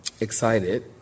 excited